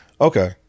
Okay